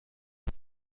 بجای